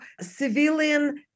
civilian